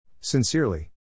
Sincerely